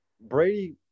Brady